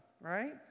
right